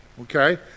okay